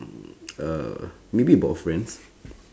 mm uh maybe about friends